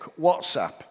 WhatsApp